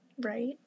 right